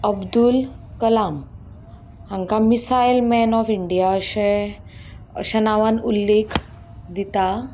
अब्दूल कलाम हांकां missile man of India अशें अश्या नांवान उल्लेख दिता